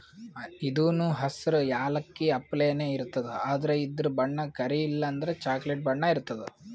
ಇದೂನು ಹಸ್ರ್ ಯಾಲಕ್ಕಿ ಅಪ್ಲೆನೇ ಇರ್ತದ್ ಆದ್ರ ಇದ್ರ್ ಬಣ್ಣ ಕರಿ ಇಲ್ಲಂದ್ರ ಚಾಕ್ಲೆಟ್ ಬಣ್ಣ ಇರ್ತದ್